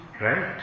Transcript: Right